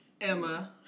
Emma